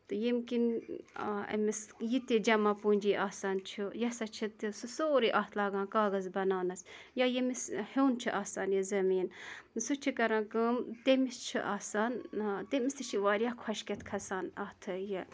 تہٕ ییٚمہِ کِنۍ أمِس یہِ تہِ جمع پوٗنجی آسان چھُ یہِ ہسا چھُ تہِ سُہ سورُے اَتھ لگان کاغذ بَناونَس یا ییٚمِس ہیٚون چھُ آسان یہِ زٔمیٖن سُہ چھُ کران کٲم تٔمِس چھُ آسان تٔمِس تہِ چھُ واریاہ خۄشکیٚتھ کھسان اَتھ یہِ